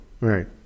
Right